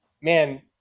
man